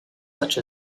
such